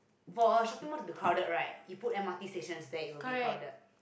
for a shopping mall need to crowded right you put M_R_T stations there it will be crowded